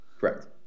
Correct